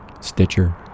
Stitcher